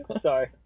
Sorry